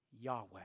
Yahweh